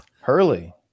Hurley